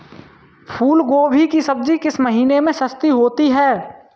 फूल गोभी की सब्जी किस महीने में सस्ती होती है?